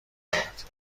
دارد